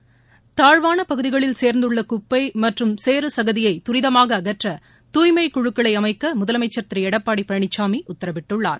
நி தாழ்வாள பகுதிகளில் சேர்ந்துள்ள குப்பை மற்றும் சேறுககதியை தரிதமாக அகற்ற தூய்மை குழுக்களை அமைக்க முதலமைச்சர் திரு எடப்பாடி பழனிசாமி உத்தரவிட்டுள்ளார்